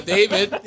David